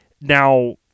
Now